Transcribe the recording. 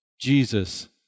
Jesus